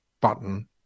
button